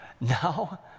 now